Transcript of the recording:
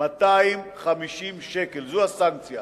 250 שקל, זאת הסנקציה